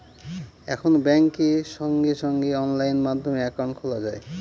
এখন ব্যাঙ্কে সঙ্গে সঙ্গে অনলাইন মাধ্যমে একাউন্ট খোলা যায়